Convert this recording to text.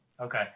okay